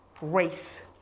race